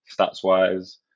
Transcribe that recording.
Stats-wise